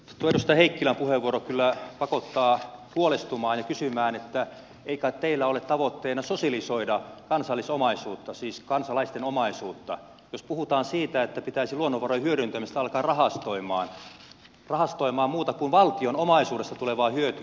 edustaja heikkilän puheenvuoro kyllä pakottaa huolestumaan ja kysymään että ei kai teillä ole tavoitteena sosialisoida kansallisomaisuutta siis kansalaisten omaisuutta jos puhutaan siitä että pitäisi luonnonvarojen hyödyntämistä alkaa rahastoimaan rahastoimaan muuta kuin valtion omaisuudesta tulevaa hyötyä